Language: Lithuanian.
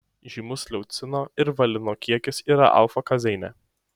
žymus leucino ir valino kiekis yra alfa kazeine